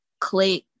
click